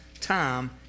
time